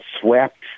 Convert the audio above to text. swept